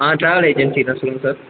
ஆ travel agency தான் சொல்லுங்க sir